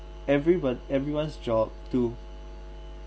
everyone everyone's job to